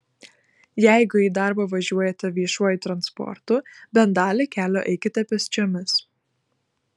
jeigu į darbą važiuojate viešuoju transportu bent dalį kelio eikite pėsčiomis